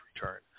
return